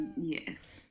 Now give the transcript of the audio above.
yes